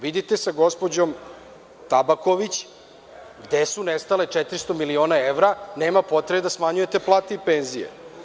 Vidite sa gospođom Tabaković, gde je nestalo 400 miliona evra, nema potrebe da smanjujete plate i penzije.